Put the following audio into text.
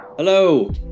Hello